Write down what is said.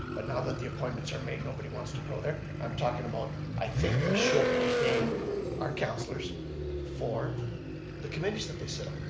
but now that the appointments are made, nobody wants to go there? i'm talking about i think we should be paying our councilors for the committees that they sit on.